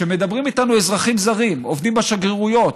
כשמדברים איתנו אזרחים זרים, עובדים בשגרירויות,